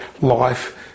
life